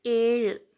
ഏഴ്